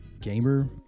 gamer